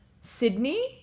Sydney